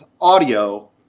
audio